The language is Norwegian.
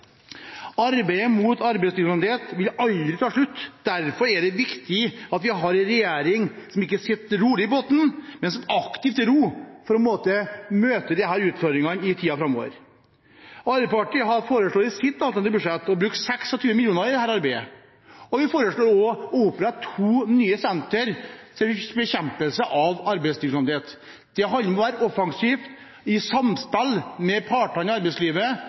Arbeidet mot arbeidslivskriminalitet vil aldri ta slutt. Derfor er det viktig at vi har en regjering som ikke sitter rolig i båten, men som aktivt ror for å møte disse utfordringene i tiden framover. Arbeiderpartiet har foreslått i sitt alternative budsjett å bruke 26 mill. kr til dette arbeidet, og vi foreslår også å opprette to nye senter for bekjempelse av arbeidslivskriminalitet. Det handler om å være offensiv i samspill med partene i arbeidslivet